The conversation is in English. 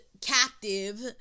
captive